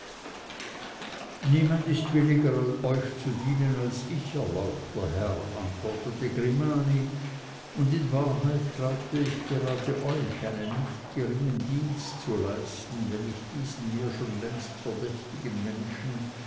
niemand ist williger euch zu dienen als ich erlauchter herr antwortete grimani und in wahrheit glaubte ich gerade euch einen nicht geringen dienst zu leisten wenn ich diesen mir schon längst verdächtigen menschen